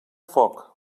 foc